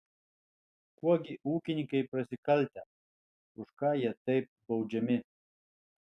kuo gi ūkininkai prasikaltę už ką jie taip baudžiami